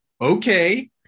okay